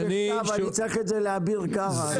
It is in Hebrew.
אני צריך את זה לאביר קארה.